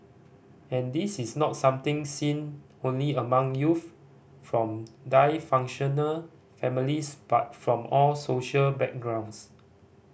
and this is not something seen only among youth from dysfunctional families but from all social backgrounds